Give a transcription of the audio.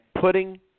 putting